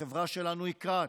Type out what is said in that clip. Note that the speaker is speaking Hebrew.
החברה שלנו נקרעת.